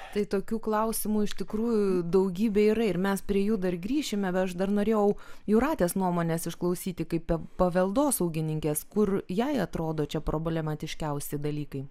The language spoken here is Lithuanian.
tai tokių klausimų iš tikrųjų daugybė yra ir mes prie jų dar grįšime aš dar norėjau jūratės nuomonės išklausyti kaip paveldosaugininkės kur jai atrodo čia problematiškiausi dalykai